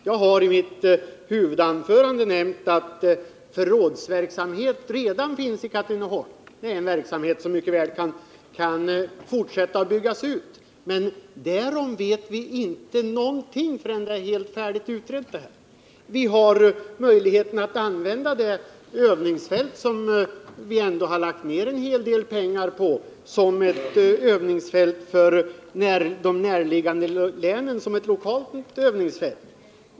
Jag har i mitt huvudanförande nämnt att förrådsverksamhet redan fin Katrineholm. Det är en verksamhet som mycket väl borde kunna fortsätta och byggas ut. Men därom vet vi inte någonting förrän detta ärende är helt färdigutrett. Vi har möjligheten att använda övningsfältet, vilket vi ändå har lagt ned en hel del pengar på, som ett lokalt övningsfält för de närliggande länen.